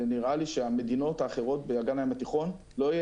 שנראה לי שהמדינות האחרות באגן הים התיכון לא יהיה